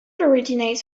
originates